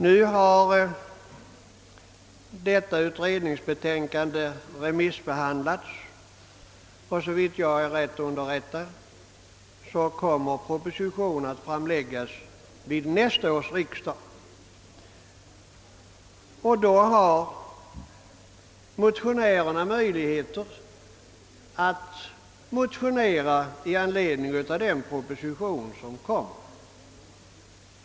Nu har utredningsbetänkandet remissbehandlats, och såvitt jag är rätt underrättad kommer proposition att framläggas vid nästa års riksdag. Då har motionärerna möjligheter att motionera i anledning av propositionen.